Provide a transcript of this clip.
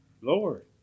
Lord